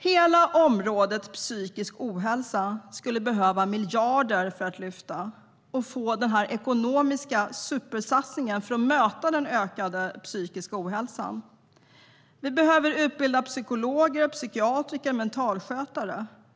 Hela området psykisk ohälsa skulle behöva miljarder för att lyfta. En ekonomisk supersatsning behövs för att möta den ökade psykiska ohälsan. Vi behöver utbilda psykologer, psykiatriker och mentalskötare.